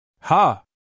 Ha